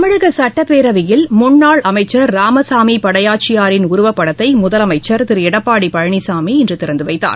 தமிழக சட்டப்பேரவையில் முன்னாள் அமைச்சர் ராமசாமி படையாட்சியாரின் உருவப்படத்தை முதலமைச்சர் திரு எடப்பாடி பழனிசாமி இன்று திறந்துவைத்தார்